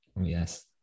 Yes